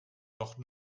doch